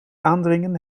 aandringen